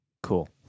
Cool